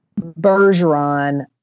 Bergeron